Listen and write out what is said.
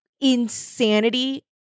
insanity